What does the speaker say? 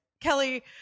Kelly